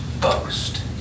boast